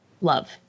love